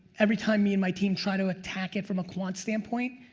every time me and my team try to attack it from a quant standpoint,